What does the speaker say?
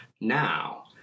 Now